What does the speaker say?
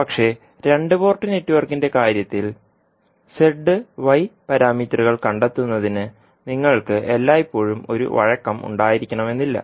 പക്ഷേ രണ്ട് പോർട്ട് നെറ്റ്വർക്കിന്റെ കാര്യത്തിൽ z y പാരാമീറ്ററുകൾ കണ്ടെത്തുന്നതിന് നിങ്ങൾക്ക് എല്ലായ്പ്പോഴും ഒരു വഴക്കം ഉണ്ടായിരിക്കണമെന്നില്ല